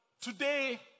today